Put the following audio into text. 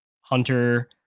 Hunter